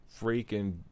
freaking